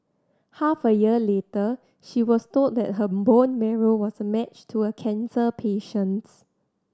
half a year later she was told that her bone marrow was a match to a cancer patient's